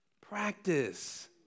practice